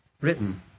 written